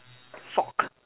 fork